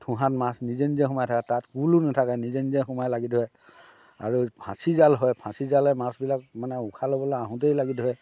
ঠোঁহাত মাছ নিজে নিজে সোমাই থাকে তাত হুলো নাথাকে নিজে নিজে সোমাই লাগি ধৰে আৰু ফাঁচি জাল হয় ফাঁচি জালে মাছবিলাক মানে উশাহ ল'বলৈ আহোঁতেই লাগি ধৰে